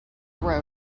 road